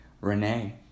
Renee